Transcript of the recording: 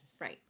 Right